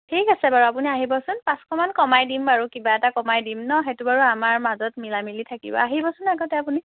ঠিক আছে বাৰু আপুনি আহিবচোন পাঁচশমান কমাই দিম বাৰু কিবা এটা কমাই দিম ন সেইটো বাৰু আমাৰ মাজত মিলামিলি থাকিব আহিবচোন আগতে আপুনি